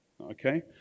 Okay